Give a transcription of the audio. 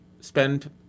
spend